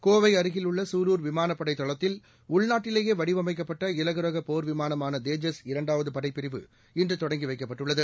கோவை அருகில் உள்ள சூலூர் விமானப்படை தளத்தில் உள்நாட்டிலேயே வடிவமைக்கப்பட்ட இலகுரக போர் விமானமான தேஜஸ் இரண்டாவது படைப்பிரிவு இன்று தொடங்கி வைக்கப்பட்டுள்ளது